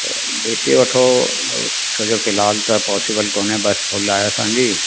त ॾिसी वठो छो जो फ़िलहाल त पॉसिबल कोन्हे बसि फ़ुल आहे असांजी